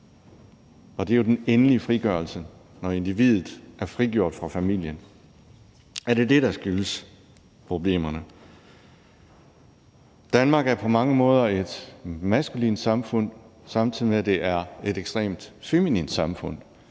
Og det er jo den endelige frigørelse, når individet er frigjort fra familien. Er det det, der skyldes problemerne? Danmark er på mange måder et maskulint samfund, samtidig med at det er et ekstremt feminint samfund